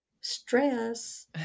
stress